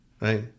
right